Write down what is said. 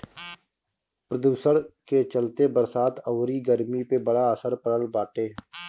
प्रदुषण के चलते बरसात अउरी गरमी पे बड़ा असर पड़ल बाटे